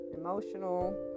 emotional